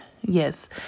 Yes